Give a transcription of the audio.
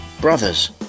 brothers